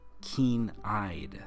keen-eyed